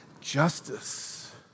Justice